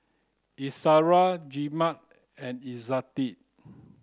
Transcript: Izara Jebat and Izzati